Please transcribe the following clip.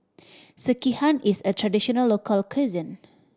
sekihan is a traditional local cuisine